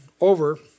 over